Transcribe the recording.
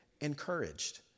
encouraged